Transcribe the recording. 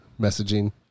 messaging